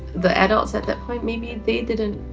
the adults at that point maybe they didn't,